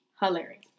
Hilarious